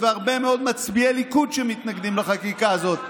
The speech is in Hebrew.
והרבה מאוד מצביעי הליכוד שמתנגדים לחקיקה הזאת.